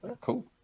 cool